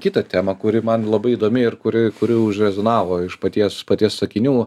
kitą temą kuri man labai įdomi ir kurioj kuri užrezonavo iš paties paties sakinių